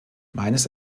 meines